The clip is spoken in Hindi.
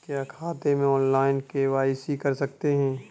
क्या खाते में ऑनलाइन के.वाई.सी कर सकते हैं?